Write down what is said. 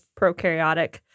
prokaryotic